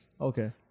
Okay